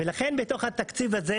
ולכן, בתוך התקציב הזה